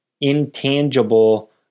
intangible